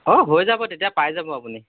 অ হৈ যাব তেতিয়া পাই যাব আপুনি